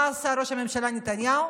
מה עשה ראש הממשלה נתניהו?